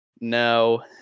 no